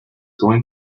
going